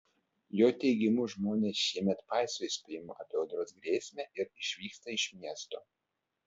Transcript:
jo teigimu žmonės šiemet paiso įspėjimų apie audros grėsmę ir išvyksta iš miesto